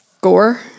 Gore